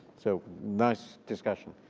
so nice discussion.